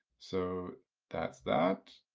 so that's that.